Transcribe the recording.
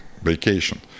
vacation